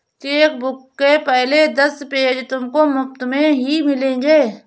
chequebook के पहले दस पेज तुमको मुफ़्त में ही मिलेंगे